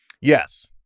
Yes